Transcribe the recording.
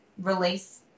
release